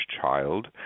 Child